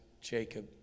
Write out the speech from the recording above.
Jacob